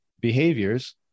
behaviors